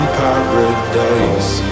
paradise